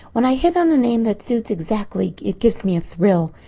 when i hit on a name that suits exactly it gives me a thrill.